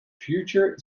future